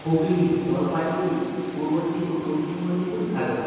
হুগলি জলপাইগুড়ি পূর্ব মেদিনীপুর পশ্চিম মেদিনীপুর ঝাড়গ্রাম